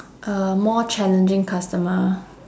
uh more challenging customer